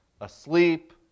asleep